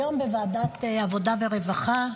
היום בוועדת העבודה והרווחה,